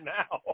now